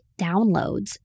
downloads